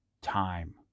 time